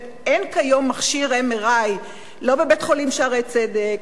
אין כיום מכשיר MRI לא בבית-חולים "שערי צדק",